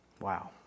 Wow